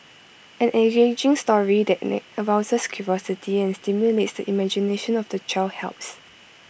an engaging story that arouses curiosity and stimulates the imagination of the child helps